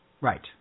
Right